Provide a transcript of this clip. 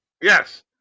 Yes